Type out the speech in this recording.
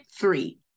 three